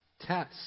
Test